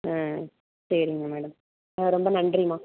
ஆ சரிங்க மேடம் ஆ ரொம்ப நன்றிம்மா